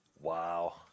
Wow